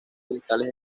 cristales